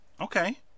Okay